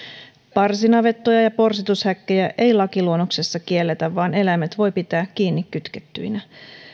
parsinavettoja ja porsitushäkkejä ei lakiluonnoksessa kielletä vaan eläimet voi pitää kiinni kytkettyinä